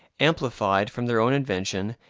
amplified from their own invention,